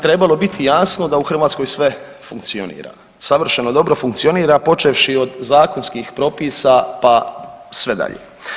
trebalo biti jasno da u Hrvatskoj sve funkcionira, savršeno dobro funkcionira počevši od zakonskih propisa, pa sve dalje.